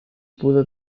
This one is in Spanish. pudo